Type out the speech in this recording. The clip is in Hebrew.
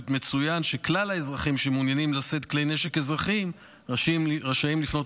מצוין שכלל האזרחים שמעוניינים לשאת כלי נשק אזרחיים רשאים לפנות,